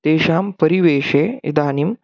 तेषां परिवेशे इदानीं